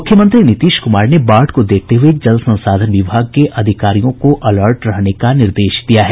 मुख्यमंत्री नीतीश कुमार ने बाढ़ को देखते हुये जल संसाधन विभाग के अधिकारियों को अलर्ट रहने का निर्देश दिया है